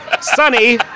Sonny